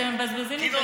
אתם מבזבזים לי את הזמן.